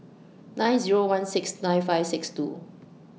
nine Zero one six nine five six two